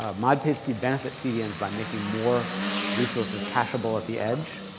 mod pagespeed benefits cdns by making more resources cacheable at the edge.